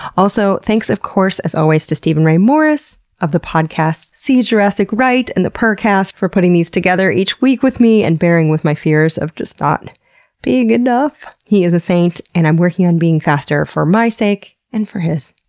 also, thanks of course to steven ray morris of the podcast see jurassic right and the purrrcast for putting these together each week with me and bearing with my fears of just not being enough. he is a saint, and i'm working on being faster for my sake, and for his.